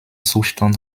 zustand